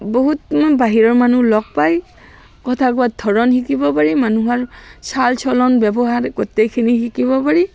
বহুত মানে বাহিৰৰ মানুহ লগ পায় কথা কোৱাৰ ধৰণ শিকিব পাৰি মানুহৰ চাল চলন ব্যৱহাৰ গোটেইখিনি শিকিব পাৰি